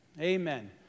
Amen